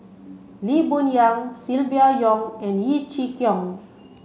Lee Boon Yang Silvia Yong and Yeo Chee Kiong